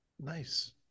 Nice